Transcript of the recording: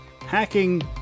hacking